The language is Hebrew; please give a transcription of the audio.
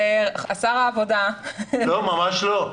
שר העבודה --- לא, ממש לא.